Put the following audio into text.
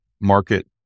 market